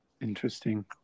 interesting